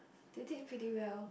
they did pretty well